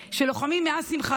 שלוחמים מאז שמחת תורה,